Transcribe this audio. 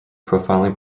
profiling